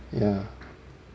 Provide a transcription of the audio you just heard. ya